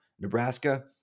Nebraska